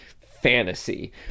fantasy